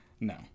No